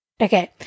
okay